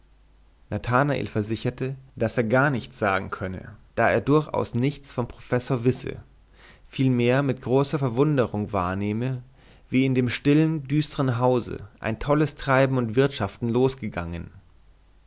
nathanael versicherte daß er gar nichts sagen könne da er durchaus nichts vom professor wisse vielmehr mit großer verwunderung wahrnehme wie in dem stillen düstern hause ein tolles treiben und wirtschaften losgegangen